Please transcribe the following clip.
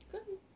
kan